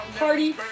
party